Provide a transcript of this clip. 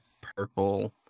purple